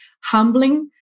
humbling